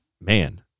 man